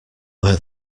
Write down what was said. wear